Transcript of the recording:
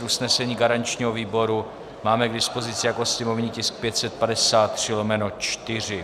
Usnesení garančního výboru máme k dispozici jako sněmovní tisk 553/4.